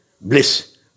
bliss